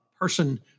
person